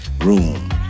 room